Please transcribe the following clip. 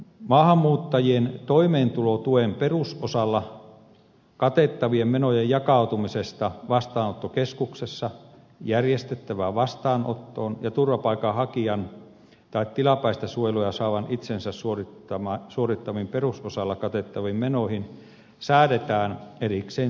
maahanmuuttajien toimeentulotuen perusosalla katettavien menojen jakautumisesta vastaanottokeskuksessa järjestettävään vastaanottoon ja turvapaikanhakijan tai tilapäistä suojelua saavan itsensä suorittamiin perusosalla katettaviin menoihin säädetään erikseen sisäasiainministeriön asetuksella